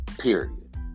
period